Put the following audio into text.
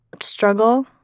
struggle